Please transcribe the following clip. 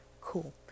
Cool